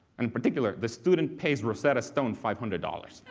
and, particularly, the student pays rosetta stone five hundred dollars.